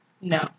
no